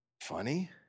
funny